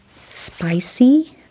spicy